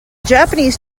japanese